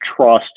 trust